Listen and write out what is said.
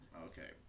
Okay